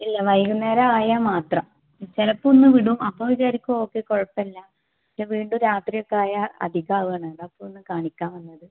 ഇല്ല വൈകുന്നേരമായാൽ മാത്രം ചിലപ്പോൾ ഒന്നുവിടും അപ്പോൾ വിചാരിക്കും കുഴപ്പമില്ല പക്ഷെ വീണ്ടും രാത്രിയൊക്കെയായാൽ അധികവാണ് അതാ ഒന്ന് കാണിക്കാൻ വന്നത്